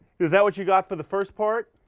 is that what you got for the first part?